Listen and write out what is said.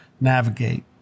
navigate